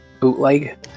bootleg